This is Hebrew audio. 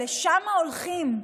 לשם הולכים: